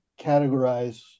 categorize